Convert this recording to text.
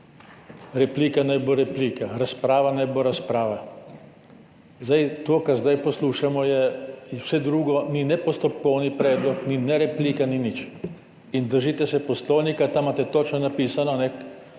replika naj bo replika, razprava naj bo razprava. To, kar zdaj poslušamo, je vse drugo, ni postopkovni predlog, ni replika, ni nič. Držite se Poslovnika. Tam imate točno napisano v 68.,